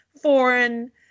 foreign